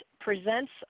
presents